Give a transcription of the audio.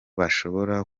bashobora